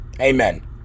Amen